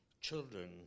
children